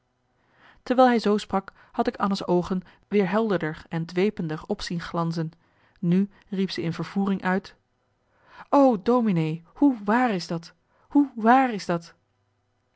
terwijl hij zoo sprak had ik anna's oogen weer helderder en dwepender op zien glanzen nu riep ze in vervoering uit o dominee hoe waar is dat hoe waar is dat